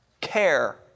care